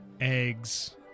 eggs